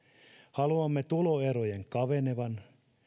haluamme tuloerojen kaventuvan